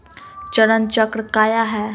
चरण चक्र काया है?